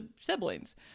siblings